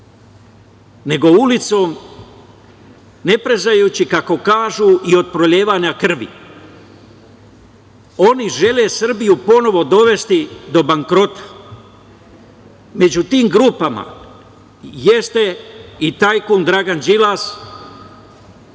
nego ulicom, ne prezajući kako kažu i od prolivanja krvi. Oni žele Srbiju ponovo dovesti do bankrota. Među tim grupama jeste i tajkun Dragan Đilas